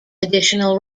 additional